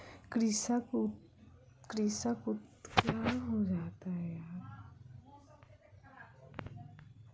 कृषक उत्तम नस्लक गाय के पालन पोषण कयलक